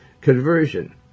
conversion